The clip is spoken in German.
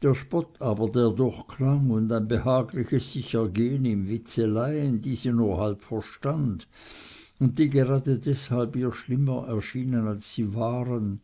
der spott aber der durchklang und ein behagliches sich ergehen in witzeleien die sie nur halb verstand und die gerade deshalb ihr schlimmer erschienen als sie waren